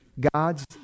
God's